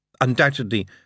Undoubtedly